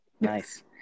nice